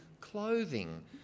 clothing